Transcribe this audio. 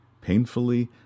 Painfully